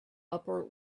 upper